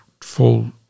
full